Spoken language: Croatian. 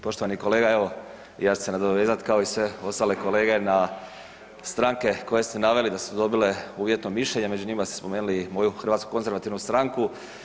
Poštovani kolega, evo ja ću se nadovezat kao i sve ostale kolege na stranke koje ste naveli da su dobile uvjetno mišljenje, među njima ste spomenuli i moju Hrvatsku konzervativnu stranku.